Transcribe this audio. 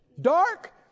Dark